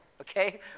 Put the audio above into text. okay